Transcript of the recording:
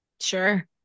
Sure